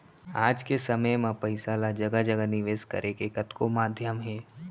आज के समे म पइसा ल जघा जघा निवेस करे के कतको माध्यम हे